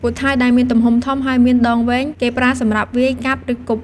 ពូថៅ ដែលមានទំហំធំ ហើយមានដងវែង គេប្រើសម្រាប់វាយ កាប់ ឬគប់។